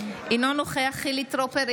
אינו נוכח חילי טרופר,